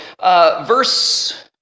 verse